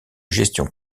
gestion